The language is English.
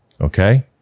okay